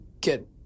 get